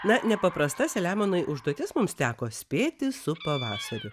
na nepaprasta selemonai užduotis mums teko spėti su pavasariu